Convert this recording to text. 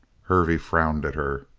hervey frowned at her.